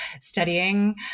studying